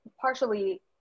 partially